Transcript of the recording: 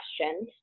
questions